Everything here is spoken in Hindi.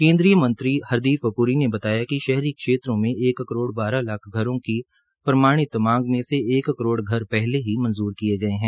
केन्द्रीय मंत्री हरदीप प्री ने बताया कि शहरी क्षेत्रों में एक करोड़ बाहर लाख घरों की प्रमाणित मांग में से एक करोड़ घर पहले ही मंजूर किये गये है